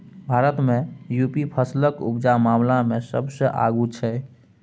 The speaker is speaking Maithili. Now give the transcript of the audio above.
भारत मे युपी फसलक उपजा मामला मे सबसँ आगु छै